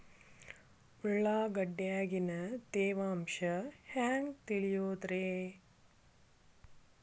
ಉಳ್ಳಾಗಡ್ಯಾಗಿನ ತೇವಾಂಶ ಹ್ಯಾಂಗ್ ತಿಳಿಯೋದ್ರೇ?